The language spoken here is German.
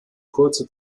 kurze